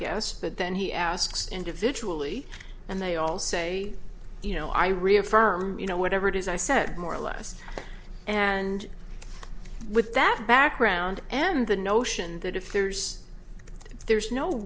guess but then he asks individually and they all say you know i reaffirm you know whatever it is i said more or less and with that background and the notion that if there's if there's no